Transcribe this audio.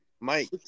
Mike